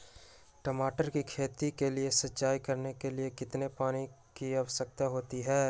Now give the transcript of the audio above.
टमाटर की खेती के लिए सिंचाई करने के लिए कितने पानी की आवश्यकता होती है?